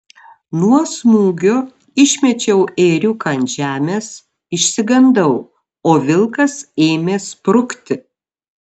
nuo smūgio išmečiau ėriuką ant žemės išsigandau o vilkas ėmė sprukti